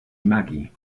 imagi